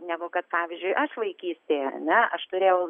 negu kad pavyzdžiui aš vaikystėj ane aš turėjau